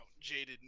jaded